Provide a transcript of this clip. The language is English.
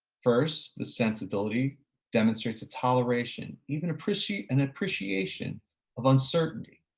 first, the sensibility demonstrates a toleration, even appreciate, an appreciation of uncertainty,